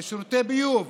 שירותי ביוב,